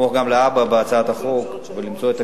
לתמוך גם להבא בהצעת החוק ולמצוא את